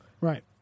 right